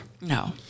No